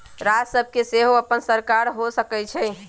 राज्य सभ के सेहो अप्पन सरकार हो सकइ छइ